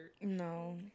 No